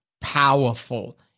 powerful